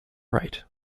right